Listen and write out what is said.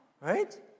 Right